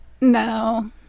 no